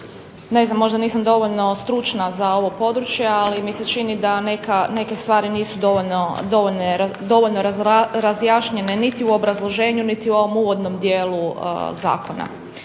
na to da nisam dovoljno stručna za ovo područje ali mi se čini da neke stvari nisu dovoljno razjašnjene niti u obrazloženju niti u ovom uvodnom dijelu Zakona.